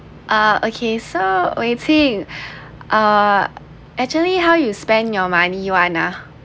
uh okay so wei qing uh actually how you spend your money [one] uh